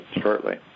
shortly